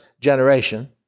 generation